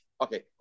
Okay